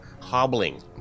Hobbling